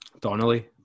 Donnelly